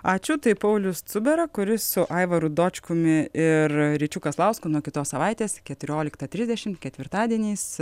ačiū tai paulius cubera kuris su aivaru dočkumi ir ryčiu kazlausku nuo kitos savaitės keturioliktą trisdešim ketvirtadieniais